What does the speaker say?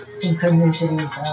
synchronicities